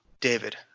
David